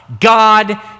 God